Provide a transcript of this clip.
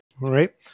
right